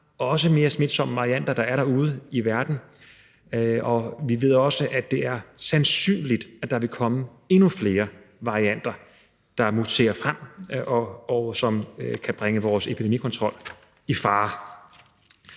også mere smitsomme varianter derude i verden, og vi ved også, at det er sandsynligt, at der vil komme endnu flere varianter, der muterer, frem, som kan bringe vores epidemikontrol i fare.